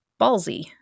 Ballsy